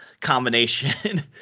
combination